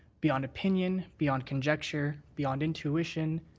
beyond opinion, beyond conjecture, beyond intuition,